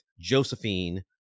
Josephine